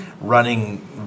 running